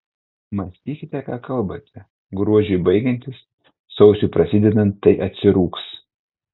mąstykite ką kalbate gruodžiui baigiantis sausiui prasidedant tai atsirūgs